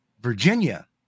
Virginia